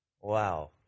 Wow